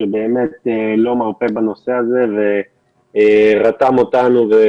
שבאמת לא מרפה בנושא הזה ושרתם אותנו כשותפים,